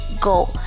go